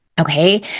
okay